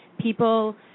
People